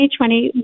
2020